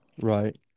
Right